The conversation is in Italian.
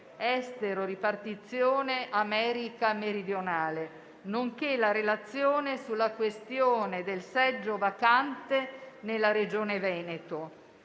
estero-Ripartizione America meridionale, nonché la relazione sulla questione del seggio vacante nella Regione Veneto.